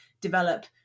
develop